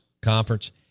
Conference